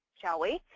shall we?